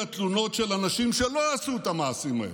התלונות של אנשים שלא עשו את המעשים האלה,